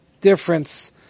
difference